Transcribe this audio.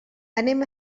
anem